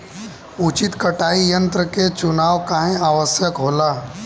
उचित कटाई यंत्र क चुनाव काहें आवश्यक होला?